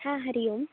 हा हरिः ओं